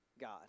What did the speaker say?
God